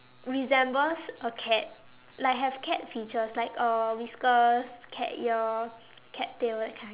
resembles a cat like have cat features like uh whiskers cat ear cat tail that kind